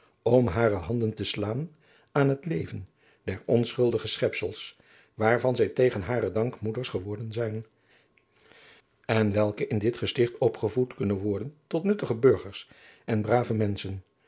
om hare handen te slaan aan het leven der onschuldige schepsels waarvan zij tegen haren dank moeders geworden zijn en welke in dit gesticht opgevoed kunnen worden tot nuttige burgers en brave menschen